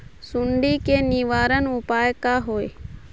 सुंडी के निवारण उपाय का होए?